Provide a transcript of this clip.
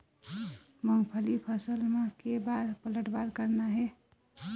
मूंगफली फसल म के बार पलटवार करना हे?